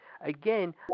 Again